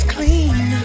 Clean